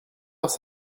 heure